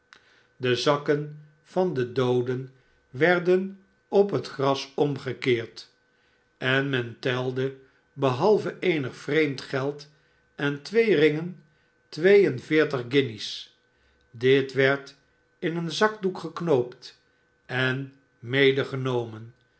de zakken van den doode werden op het gras omgekeerd en men telde behalve eenig vreemd geld en twee ringen twee en veertig guinjes dit werd in een zakdoek geknoopt en